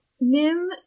Nim